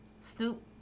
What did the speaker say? Snoop